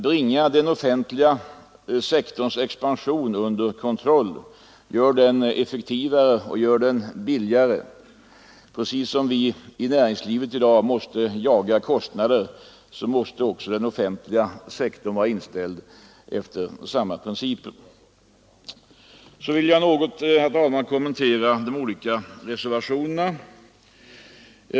Bringa den offentliga sektorns expansion under kontroll! Gör den effektivare, och gör den billigare! Precis som vi i näringslivet i dag måste jaga kostnader måste den offentliga sektorn vara inställd efter samma principer. Så vill jag, herr talman, något kommentera de olika reservationerna.